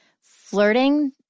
flirting